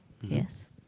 Yes